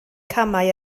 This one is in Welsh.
camau